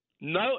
No